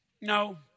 No